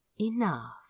enough